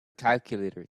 calculator